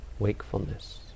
Wakefulness